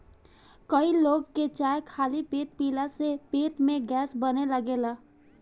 कई लोग के चाय खाली पेटे पियला से पेट में गैस बने लागेला